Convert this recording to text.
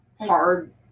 hard